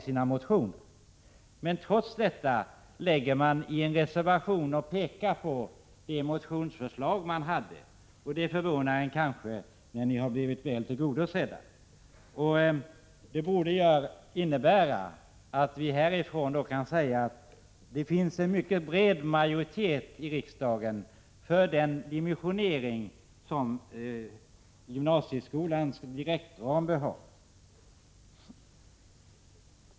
Men i en annan reservation pekar de trots det på det motionsförslag de hade väckt, vilket förvånar, eftersom de har blivit väl tillgodosedda. Det borde innebära att vi kan säga att det finns en mycket bred majoritet i riksdagen för den dimensionering som gymnasieskolans direktram bör ha.